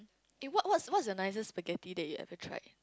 eh what's what's the nicest spaghetti that you've ever tried